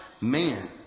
man